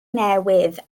newydd